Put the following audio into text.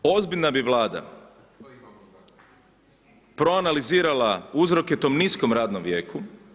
Ozbiljna bi Vlada proanalizirala uzroke tom niskom radnom vijeku.